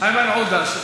איימן עודה.